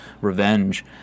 revenge